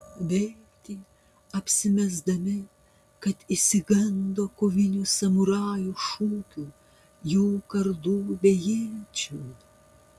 bėgti apsimesdami kad išsigando kovinių samurajų šūkių jų kardų bei iečių